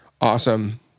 awesome